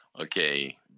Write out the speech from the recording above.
Okay